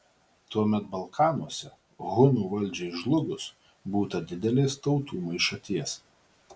tuomet balkanuose hunų valdžiai žlugus būta didelės tautų maišaties